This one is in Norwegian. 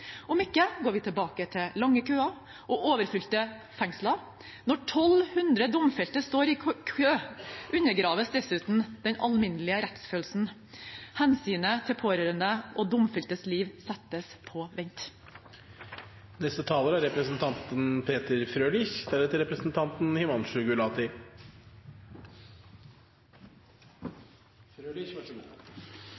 Om ikke går vi tilbake til lange køer og overfylte fengsler. Når 1 200 domfelte står i kø, undergraves dessuten den alminnelige rettsfølelsen. Hensynet til pårørende og domfeltes liv settes på vent. Dette er